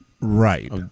Right